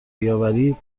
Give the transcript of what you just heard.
بیاوری